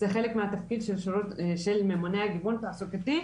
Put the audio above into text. זה חלק מהתפקיד של ממונה גיוון תעסוקתי,